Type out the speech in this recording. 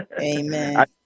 Amen